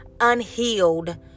unhealed